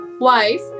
wife